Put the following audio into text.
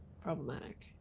Problematic